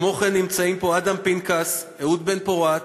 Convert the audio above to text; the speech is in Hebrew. כמו כן, נמצאים פה אדם פנקס, אהוד בן-פורת